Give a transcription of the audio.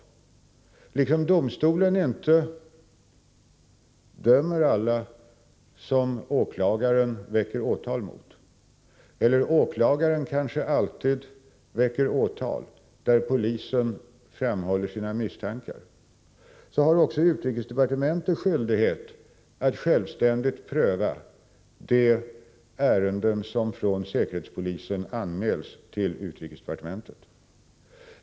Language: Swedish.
Lika väl som domstolen inte dömer alla som åklagaren väcker åtal mot, och lika väl som åklagaren inte alltid väcker åtal i fall där polisen framför misstankar, har utrikesdepartementet skyldighet att självständigt pröva de ärenden som från säkerhetspolisen anmäls till departementet.